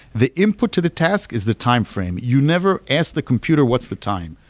the input to the task is the time frame. you never ask the computer what's the time.